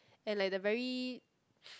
and like the very